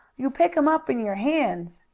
you pick em up in your hands!